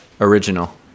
Original